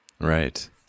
Right